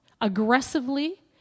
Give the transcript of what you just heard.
aggressively